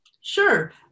Sure